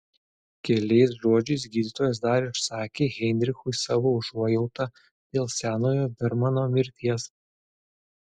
keliais žodžiais gydytojas dar išsakė heinrichui savo užuojautą dėl senojo bermano mirties